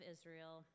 Israel